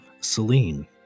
Celine